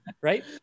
right